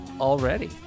already